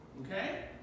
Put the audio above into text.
Okay